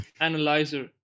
analyzer